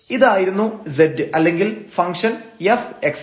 ഇതായിരുന്നു z അല്ലെങ്കിൽ function xy